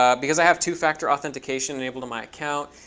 um because i have two-factor authentication enabled to my account,